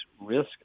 risk